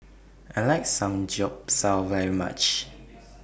I like Samgyeopsal very much